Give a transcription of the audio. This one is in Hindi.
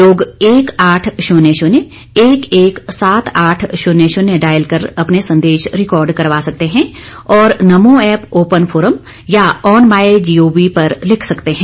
लोग एक आठ शून्य शून्य एक एक सात आठ शून्य शून्य डायल कर अपने संदेश रिकार्ड करवा सकते हैं और नमो ऐप ओपन फोरम या ऑन माइ जीओवी पर लिख सकते हैं